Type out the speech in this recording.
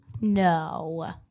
No